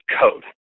code